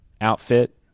outfit